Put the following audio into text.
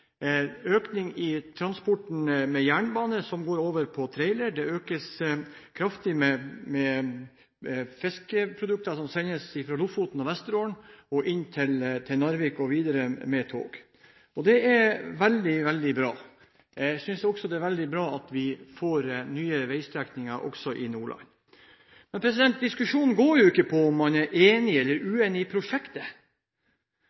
økning i tungtransporten i området, og transport med jernbane som går over på trailer, har økt kraftig når det gjelder fiskeprodukter som sendes fra Lofoten og Vesterålen og inn til Narvik og videre med tog. Det er veldig, veldig bra. Jeg synes også det er veldig bra at vi får nye veistrekninger også i Nordland. Men diskusjonen går jo ikke på om man er enig eller